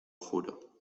juro